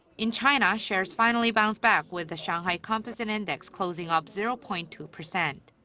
in china, shares finally bounced back with the shanghai composite index closing up zero point two percent.